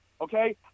Okay